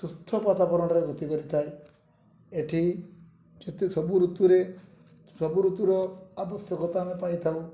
ସୁସ୍ଥ ବାତାବରଣରେ ବୃତ୍ତି କରିଥାଏ ଏଇଠି ଯେତେ ସବୁ ଋତୁରେ ସବୁ ଋତୁର ଆବଶ୍ୟକତା ଆମେ ପାଇଥାଉ